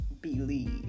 believe